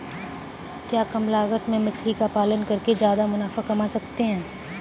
क्या कम लागत में मछली का पालन करके ज्यादा मुनाफा कमा सकते हैं?